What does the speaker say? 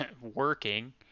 working